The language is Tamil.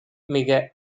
மிக